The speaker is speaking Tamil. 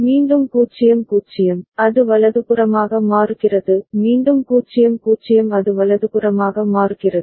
மீண்டும் 0 0 அது வலதுபுறமாக மாறுகிறது மீண்டும் 0 0 அது வலதுபுறமாக மாறுகிறது